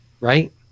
right